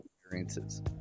experiences